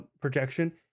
projection